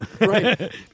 Right